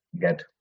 get